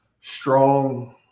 strong